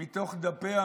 מתוך דפי המסרים,